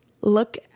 look